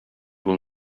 will